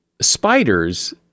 spiders